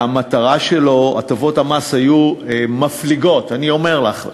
שהמטרה שלו הטבות המס היו מפליגות, אני אומר לך.